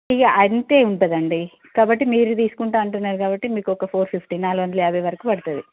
ఇక అంతే ఉంటుంది అండి కాబట్టి మీరు తీసుకుంటాను అంటున్నారు కాబట్టి మీకు ఒక ఫోర్ ఫిఫ్టీ నాలుగు వందల యాభై వరకు పడుతుంది